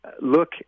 look